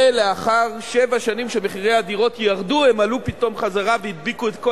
ולאחר שבע שנים שמחירי הדירות ירדו הם עלו פתאום חזרה והדביקו את כל